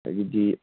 ꯑꯗꯒꯤꯗꯤ